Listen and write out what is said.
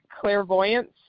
clairvoyance